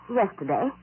yesterday